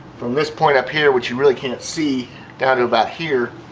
from this point up here which you really can't see down to about here,